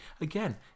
Again